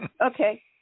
Okay